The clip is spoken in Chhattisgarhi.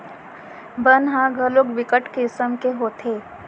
बन ह घलोक बिकट किसम के होथे